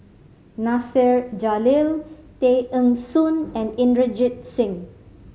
Nasir Jalil Tay Eng Soon and Inderjit Singh